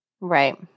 Right